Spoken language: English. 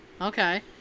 Okay